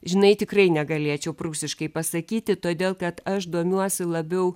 žinai tikrai negalėčiau prūsiškai pasakyti todėl kad aš domiuosi labiau